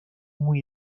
muy